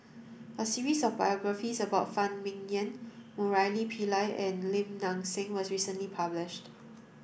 a series of biographies about Phan Ming Yen Murali Pillai and Lim Nang Seng was recently published